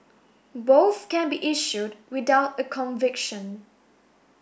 both can be issued without a conviction